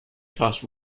toss